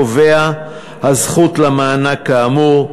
הקובע את הזכות למענק כאמור.